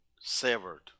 severed